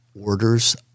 orders